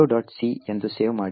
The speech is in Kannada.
c ಎಂದು ಸೇವ್ ಮಾಡಿ